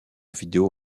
vidéo